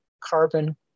carbon